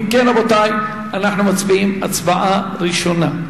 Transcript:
אם כן, רבותי, אנחנו מצביעים הצבעה ראשונה.